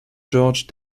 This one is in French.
george